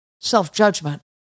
self-judgment